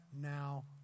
now